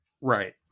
Right